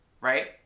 right